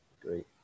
great